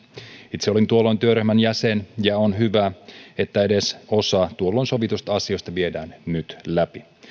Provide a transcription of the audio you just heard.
itse olin tuolloin työryhmän jäsen ja on hyvä että edes osa tuolloin sovituista asioista viedään nyt läpi